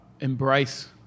embrace